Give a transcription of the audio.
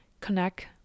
connect